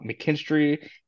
McKinstry